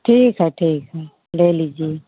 ठीक है ठीक है ले लीजिए